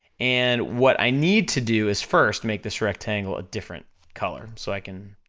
and what i need to do is, first, make this rectangle a different color, so i can,